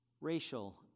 racial